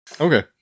Okay